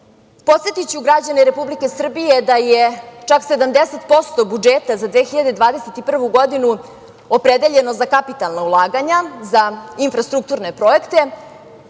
SNS.Podsetiću građane Republike Srbije da je čak 70% budžeta za 2021. godinu opredeljeno za kapitalna ulaganja, za infrastrukturne projekte.